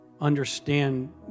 understand